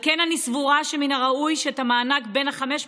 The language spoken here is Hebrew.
על כן אני סבורה שמן הראוי שאת המענק של ה-500